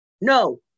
no